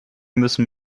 müssen